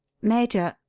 major,